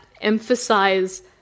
emphasize